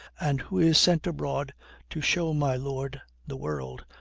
and who is sent abroad to show my lord the world,